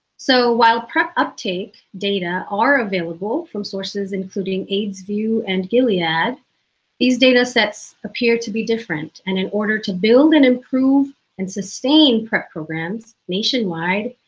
so while prep uptake data are available from sources including aidsvu and gilead, these data sets appear to be different, and in order to build and improve and sustain prep programs nationwide,